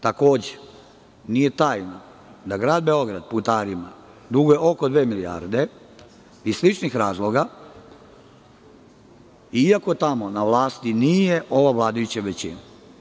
Takođe, nije tajna da grad Beograd putarima duguje oko dve milijarde iz sličnih razloga, iako tamo na vlasti nije ova vladajuća većina.